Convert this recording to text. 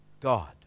god